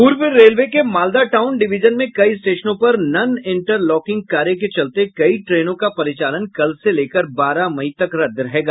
पूर्व रेलवे के Malda town division में कई स्टेशनों पर नन इंटर लॉकिंग कार्य के चलते कई ट्रेनों का परिचालन कल से लेकर बारह मई तक रद्द रहेगा